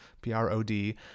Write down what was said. P-R-O-D